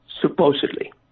supposedly